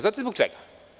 Znate, zbog čega?